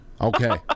Okay